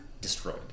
destroyed